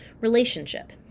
relationship